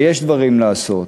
ויש דברים לעשות.